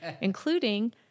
including